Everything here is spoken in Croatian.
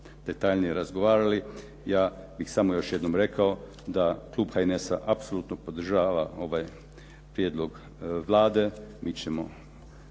detaljnije razgovarali. Ja bih samo još jednom rekao da klub HNS-a apsolutno podržava ovaj prijedlog Vlade. Mi ćemo